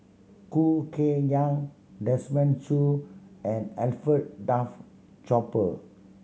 Khoo Kay Hian Desmond Choo and Alfred Duff Cooper